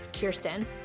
Kirsten